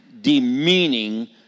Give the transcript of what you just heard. demeaning